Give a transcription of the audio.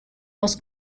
was